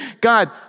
God